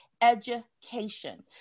education